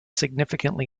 significantly